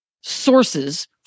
sources